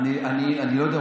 אני לא יודע,